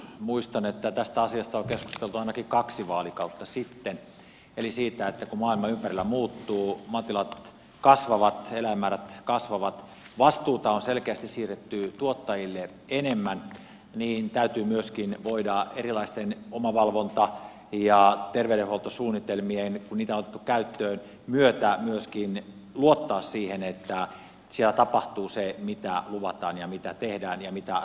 muistan että tästä asiasta on keskusteltu ainakin kaksi vaalikautta sitten eli siitä että kun maailma ympärillä muuttuu maatilat kasvavat eläinmäärät kasvavat vastuuta on selkeästi siirretty tuottajille enemmän niin täytyy myöskin voida erilaisten omavalvonta ja terveydenhuoltosuunnitelmien kun niitä on otettu käyttöön myötä myöskin luottaa siihen että siellä tapahtuu se mitä luvataan ja mitä tehdään ja mitä raportoidaan